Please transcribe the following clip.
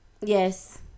Yes